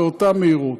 באותה מהירות.